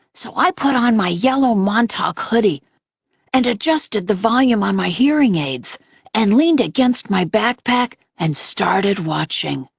so i put on my yellow montauk hoodie and adjusted the volume on my hearing aids and leaned against my backpack and started watching.